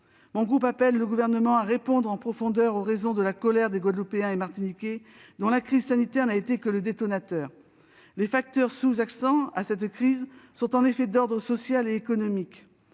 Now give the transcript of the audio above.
Mon groupe appelle le Gouvernement à répondre en profondeur aux raisons de la colère des Guadeloupéens et des Martiniquais, dont la crise sanitaire n'a été que le détonateur. Les facteurs sous-jacents à cette crise sont en effet d'ordre social et économique.